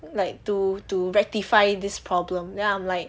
like to to rectify this problem then I'm like